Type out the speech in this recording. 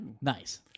Nice